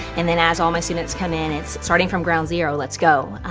and then as all my students come in, it's starting from ground zero, let's go.